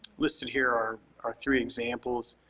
listed here are our three examples.